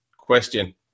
question